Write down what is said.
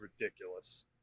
ridiculous